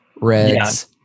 Reds